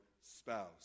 spouse